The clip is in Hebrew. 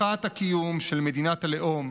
הבטחת הקיום של מדינת הלאום